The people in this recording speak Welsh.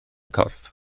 corff